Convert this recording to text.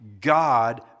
God